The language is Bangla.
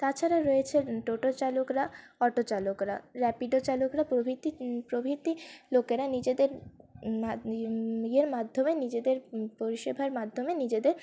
তাছাড়া রয়েছেন টোটো চালকরা অটো চালকরা র্যাপিডো চালকরা প্রভৃতি প্রভৃতি লোকেরা নিজেদের ইয়ের মাধ্যমে নিজেদের পরিষেবার মাধ্যমে নিজেদের